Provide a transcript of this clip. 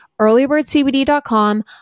Earlybirdcbd.com